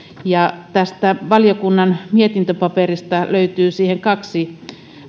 ja tästä valiokunnan mietintöpaperista löytyy siitä kaksi